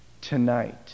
tonight